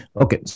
okay